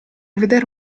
vedere